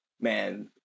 man